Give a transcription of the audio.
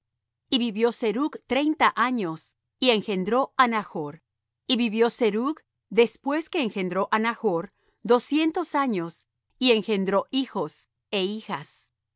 y vivió serug treinta años y engendró á nachr y vivió serug después que engendró á nachr doscientos años y engendró hijos é hijas